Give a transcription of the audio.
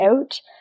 out